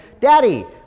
Daddy